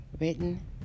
written